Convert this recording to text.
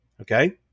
Okay